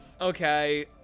Okay